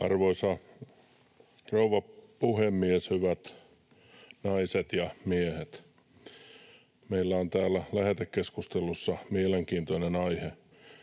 Arvoisa rouva puhemies! Hyvät naiset ja miehet! Meillä on täällä lähetekeskustelussa mielenkiintoinen aihe.